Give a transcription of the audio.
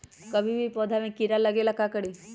कभी भी पौधा में कीरा न लगे ये ला का करी?